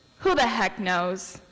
who the heck knows?